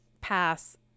pass